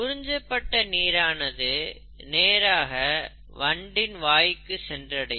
உறிஞ்சப்பட்ட நீரானது நேராக வண்டின் வாய்க்கு சென்றடையும்